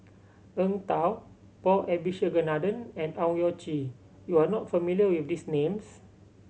Eng Tow Paul Abisheganaden and Owyang Chi you are not familiar with these names